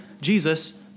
Jesus